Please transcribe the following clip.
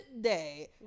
day